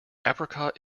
apricot